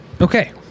Okay